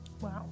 Wow